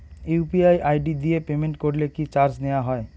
UPI ID দিয়ে payment করলে কি চার্জ নেয়া হয়?